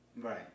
Right